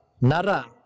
Nara